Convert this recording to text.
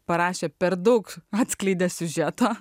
parašė per daug atskleidė siužeto